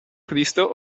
cristo